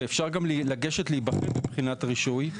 ואפשר גם לגשת להיבחן בבחינת רישוי.